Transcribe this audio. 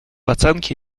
оценке